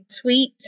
tweet